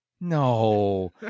no